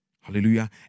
Hallelujah